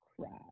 crap